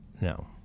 no